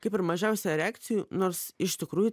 kaip ir mažiausia reakcijų nors iš tikrųjų